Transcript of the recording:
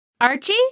Archie